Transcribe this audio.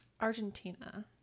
Argentina